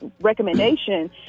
recommendation